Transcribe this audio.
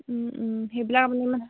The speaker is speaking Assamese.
সেইবিলাক আপোনালোকে